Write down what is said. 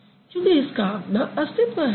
क्योंकि इसका अपना अस्तित्व है